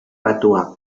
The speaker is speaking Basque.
batua